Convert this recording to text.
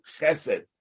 chesed